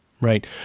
Right